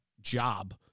job